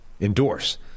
endorse